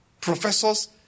professors